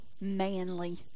manly